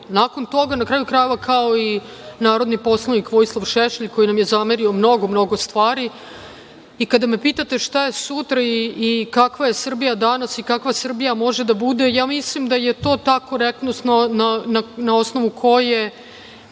nakon toga, na kraju krajeva, kao i narodni poslanik Vojislav Šešelj koji nam je zamerio mnogo stvari, i kada me pitate šta je sutra i kakva je Srbija danas i kakva Srbija može da bude, ja mislim da je to ta korektnost na osnovu koje